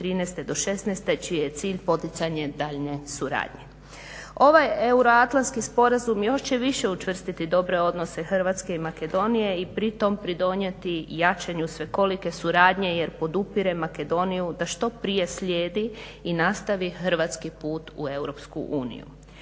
2013. do '16.-te čiji je cilj poticanje daljnje suradnje. Ovaj euroatlantski sporazum još će više učvrstiti dobre odnose Hrvatske i Makedonije i pri tome pridonijeti jačanju svekolike suradnje jer podupire Makedoniju da što prije slijedi i nastavi hrvatski put u